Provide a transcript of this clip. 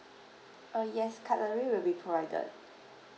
uh yes cutlery will be provided